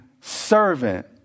servant